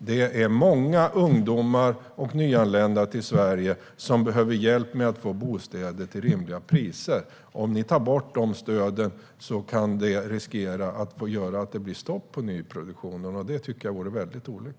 Det är många ungdomar och nyanlända i Sverige som behöver hjälp med att få bostäder till rimliga priser. Om ni tar bort dessa stöd riskerar det att det blir stopp på nyproduktionen, och det tycker jag vore väldigt olyckligt.